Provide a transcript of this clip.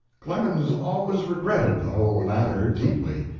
clemens always regretted the whole matter deeply,